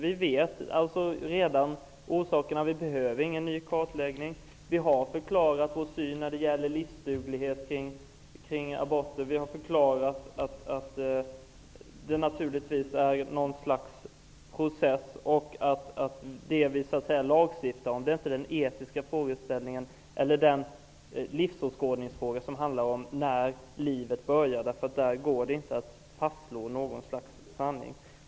Vi känner redan till orsakerna, och vi behöver därför ingen ny kartläggning. Vi har förklarat vår syn när det gäller livsduglighet kring aborter. Vi har förklarat att det naturligtvis är fråga om något slags process och att det vi lagstiftar om inte är den livsåskådningsfråga som handlar om när livet börjar -- i den frågan går det nämligen inte att fastslå något slags sanning.